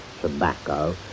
tobacco